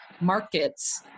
markets